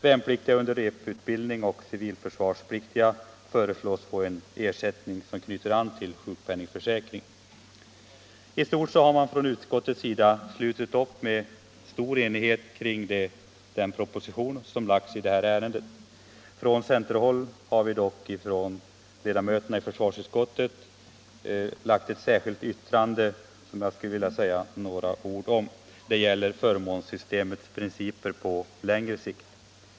Värnpliktiga under repetitionsutbildning och civilförsvarspliktiga föreslås få en ersättning som knyter an till sjukpenningförsäkringen. I stort har man från utskottets sida slutit upp med stor enighet kring den proposition som lagts i det här ärendet. Från centerhåll har dock avgivits ett särskilt yttrande som jag skulle vilja säga några ord om. Det gäller förmånssystemets principer på längre sikt.